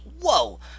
Whoa